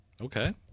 Okay